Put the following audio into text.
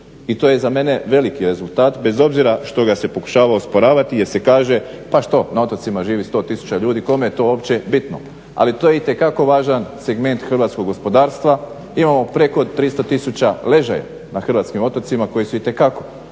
i to je za mene veliki rezultat bez obzira što ga se pokušava osporavati jer se kaže pa što na otocima živi 100000 ljudi kome je to uopće bitno. Ali to je itekako važan segment hrvatskog gospodarstva. Imamo preko 300000 ležaja na otocima koji su itekako